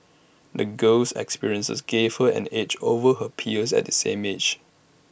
the girl's experiences gave her an edge over her peers at the same age